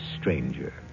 stranger